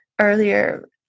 earlier